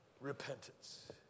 repentance